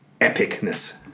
epicness